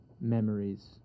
memories